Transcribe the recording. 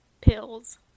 pills